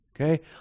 Okay